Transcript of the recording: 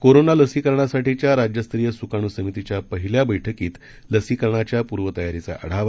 कोरोनालसीकरणासाठीच्याराज्यस्तरीयसुकाणूसमितीच्यापहिल्याबैठकीतलसीकरणाच्यापूर्वतयारीचाआढावा